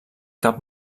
cap